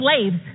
slaves